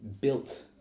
built